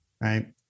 Right